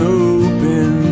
open